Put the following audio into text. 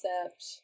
concept